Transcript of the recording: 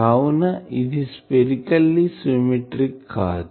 కావున ఇది స్పెరికెల్లిసిమెట్రిక్ కాదు